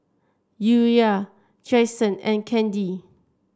Urijah Jaxson and Candi